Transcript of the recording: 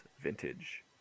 vintage